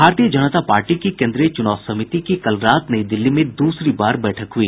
भारतीय जनता पार्टी की केंद्रीय चुनाव समिति की कल रात नई दिल्ली में दूसरी बार बैठक हुई